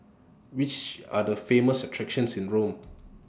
Which Are The Famous attractions in Rome